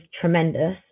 tremendous